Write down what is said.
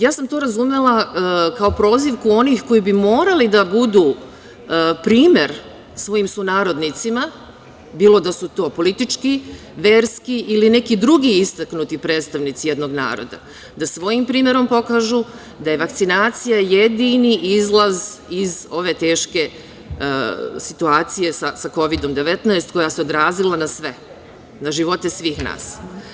Ja sam to razumela kao prozivku onih koji bi morali da budu primer svojim sunarodnicima, bilo da su to politički, verski ili neki drugi istaknuti predstavnici jednog naroda, da svojim primerom pokažu da je vakcinacija jedini izlaz iz ove teške situacije sa Kovidom-19, koja se odrazila na sve, na živote sve nas.